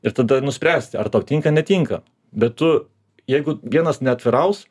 ir tada nuspręsti ar tau tinka netinka bet tu jeigu vienas neatviraus